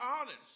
honest